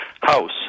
house